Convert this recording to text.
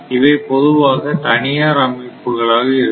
இவை பொதுவாக தனியார் அமைப்புகளாக இருக்கும்